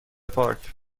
پارک